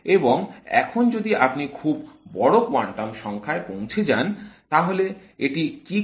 এবং এখন যদি আপনি খুব বড় কোয়ান্টাম সংখ্যায় পৌঁছে যান তাহলে এটি কি করে